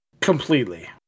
Completely